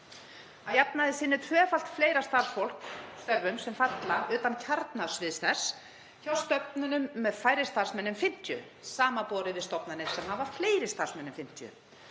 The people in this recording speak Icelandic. Að jafnaði sinnir tvöfalt fleira starfsfólk störfum sem falla utan kjarnasviðs þess hjá stofnunum með færri starfsmenn en 50, samanborið við stofnanir sem hafa fleiri starfsmenn en 50.